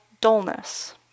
dullness